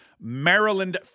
Maryland